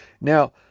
now